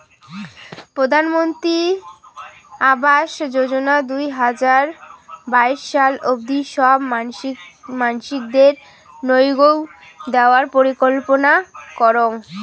প্রধানমন্ত্রী আবাস যোজনা দুই হাজার বাইশ সাল অব্দি সব মানসিদেরনৌগউ দেওয়ার পরিকল্পনা করং